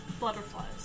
Butterflies